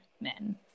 men